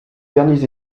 derniers